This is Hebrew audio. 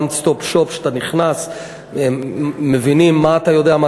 One Stop Shop שאתה נכנס והם מבינים מה אתה יודע ומה